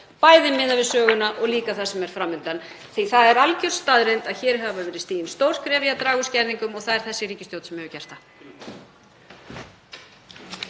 bæði miðað við söguna og líka það sem er fram undan. Það er alger staðreynd að hér hafa verið stigin stór skref í að draga úr skerðingum og það er þessi ríkisstjórn sem hefur gert það.